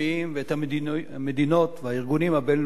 את המדינות והארגונים הבין-לאומיים,